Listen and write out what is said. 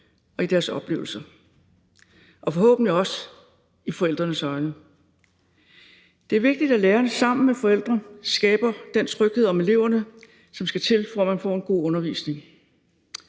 og i deres oplevelse og forhåbentlig også i forældrenes øjne. Det er vigtigt, at læreren sammen med forældre skaber den tryghed om eleverne, som skal til, for at man får en god undervisning.